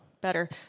better